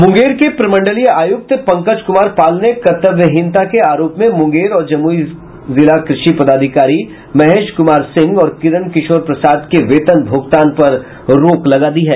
मुंगेर के प्रमंडलीय आयुक्त पंकज कुमार पाल ने कर्तव्यहीनता के आरोप में मुंगेर और जमुई के जिला कृषि पदाधिकारी महेश कुमार सिंह और किरण किशोर प्रसाद के वेतन भुगतान पर रोक लगा दी है